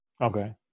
Okay